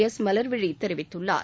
S Malarvizhi தெரிவித்துள்ளார்